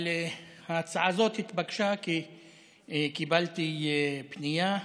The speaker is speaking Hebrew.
אבל ההצעה הזאת התבקשה כי קיבלתי פנייה,